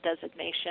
designation